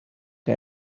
que